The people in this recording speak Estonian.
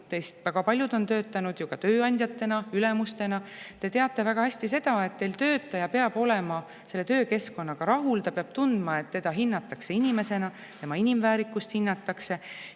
Teist väga paljud on töötanud ju ka tööandjana, ülemusena, te teate väga hästi seda, et teie töötaja peab olema töökeskkonnaga rahul, ta peab tundma, et teda hinnatakse inimesena, tema inimväärikust [kaitstakse],